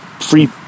free